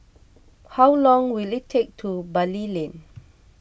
how long will it take to Bali Lane